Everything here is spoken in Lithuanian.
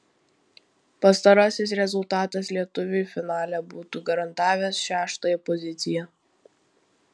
pastarasis rezultatas lietuviui finale būtų garantavęs šeštąją poziciją